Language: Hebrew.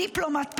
דיפלומט,